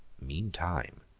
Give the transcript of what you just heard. meantime,